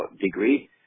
degree